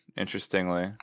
interestingly